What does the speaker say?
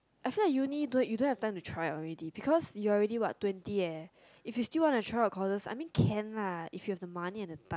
I feel like uni don't you don't have time to try out already because you are already what twenty eh if you still want to try out courses I mean can lah if you have the money and the time